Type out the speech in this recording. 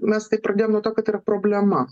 mes tai pradėjom nuo to kad yra problema